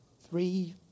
Three